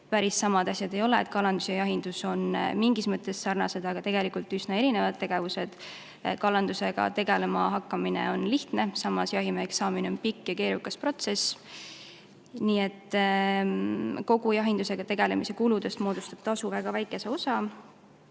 päris samad asjad ei ole. Kalandus ja jahindus on mingis mõttes sarnased, aga tegelikult üsna erinevad tegevused. Kalandusega tegelema hakkamine on lihtne, samas jahimeheks saamine on pikk ja keerukas protsess. Nii et kõigist jahindusega tegelemise kuludest moodustab tasu väga väikese osa.